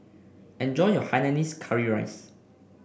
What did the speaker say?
enjoy your Hainanese Curry Rice